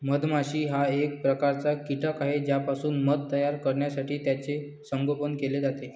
मधमाशी हा एक प्रकारचा कीटक आहे ज्यापासून मध तयार करण्यासाठी त्याचे संगोपन केले जाते